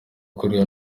kurira